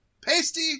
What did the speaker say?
Pasty